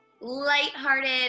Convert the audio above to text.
lighthearted